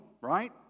right